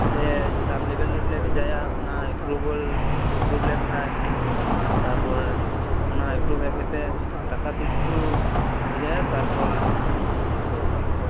ᱟᱞᱮ ᱪᱮᱛᱟᱱ ᱞᱮᱵᱮᱞ ᱨᱮᱞᱮ ᱵᱮᱡᱷᱟᱭᱟ ᱚᱱᱟ ᱮᱯᱨᱩᱵᱷᱟᱞ ᱮᱯᱨᱩᱵᱷ ᱞᱮᱱ ᱠᱷᱟᱡ ᱛᱟᱯᱚᱨ ᱟᱱᱟ ᱮᱯᱨᱩᱵᱷ ᱦᱮᱡ ᱠᱟᱛᱮ ᱴᱟᱠᱟ ᱛᱤᱥ ᱠᱚ ᱵᱷᱮᱡᱟᱭᱟ ᱛᱟᱨᱯᱚᱨ ᱟᱫᱚ ᱟᱱᱟᱜᱮ